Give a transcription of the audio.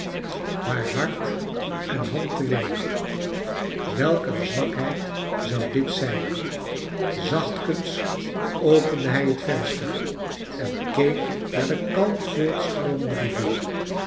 haar hart en hand te winnen welk een zwakheid zou dit zijn zachtkens opende hij het venster en keek naar de kalm voortstroomende rivier